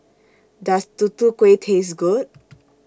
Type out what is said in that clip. Does Tutu Kueh Taste Good